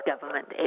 government